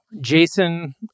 Jason